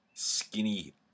Skinny